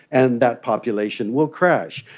and that population will crash.